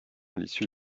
l’issue